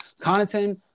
Connaughton